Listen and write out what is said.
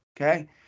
Okay